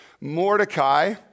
Mordecai